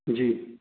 जी